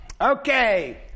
Okay